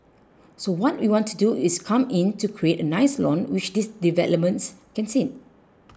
so what we want to do is come in to create a nice lawn which these developments can seen